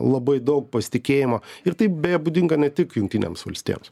labai daug pasitikėjimo ir tai beje būdinga ne tik jungtinėms valstijoms